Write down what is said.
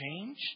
change